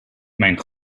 mijn